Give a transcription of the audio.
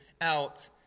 out